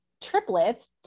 triplets